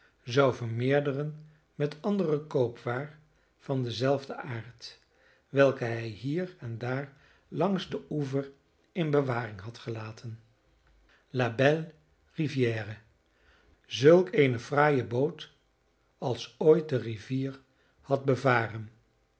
zou vermeerderen met andere koopwaar van denzelfden aard welke hij hier en daar langs den oever in bewaring had gelaten la belle riviére zulk eene fraaie boot als ooit de rivier had bevaren